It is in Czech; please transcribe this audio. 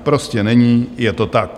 Prostě není, je to tak.